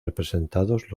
representados